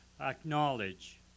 acknowledge